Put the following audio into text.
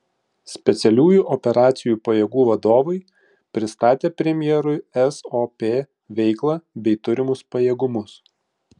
specialiųjų operacijų pajėgų vadovai pristatė premjerui sop veiklą bei turimus pajėgumus